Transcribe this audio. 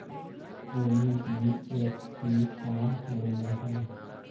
NBFC का होलहु?